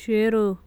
Zero,